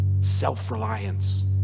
self-reliance